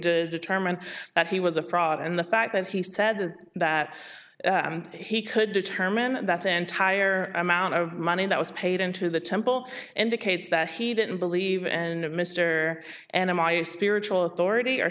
to determine that he was a fraud and the fact that he said that he could determine that the entire amount of money that was paid into the temple indicates that he didn't believe and mr am i a spiritual authority or